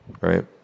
right